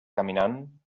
caminant